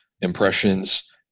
impressions